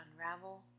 unravel